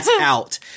out